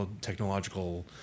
technological